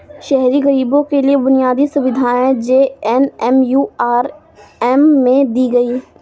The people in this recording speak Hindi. शहरी गरीबों के लिए बुनियादी सुविधाएं जे.एन.एम.यू.आर.एम में दी गई